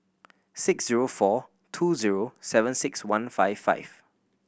six zero four two zero seven six one five five